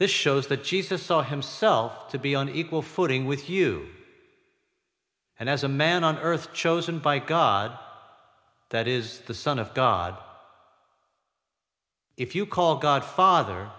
this shows that jesus saw himself to be on equal footing with you and as a man on earth chosen by god that is the son of god if you call god father